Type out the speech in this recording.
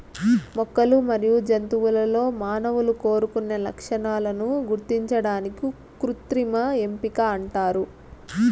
మొక్కలు మరియు జంతువులలో మానవులు కోరుకున్న లక్షణాలను గుర్తించడాన్ని కృత్రిమ ఎంపిక అంటారు